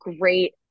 great